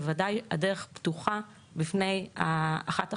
בוודאי הדרך פתוחה בפני אחת החברות,